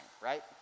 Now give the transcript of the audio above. right